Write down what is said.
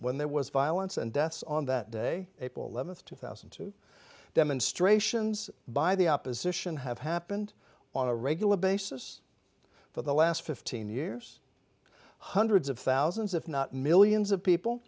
when there was violence and deaths on that day april eleventh two thousand and two demonstrations by the opposition have happened on a regular basis for the last fifteen years hundreds of thousands if not millions of people